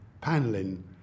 paneling